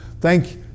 thank